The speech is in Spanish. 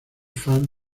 fans